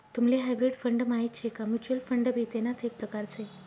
तुम्हले hybrid fund माहित शे का? म्युच्युअल फंड भी तेणाच एक प्रकार से